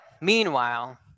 meanwhile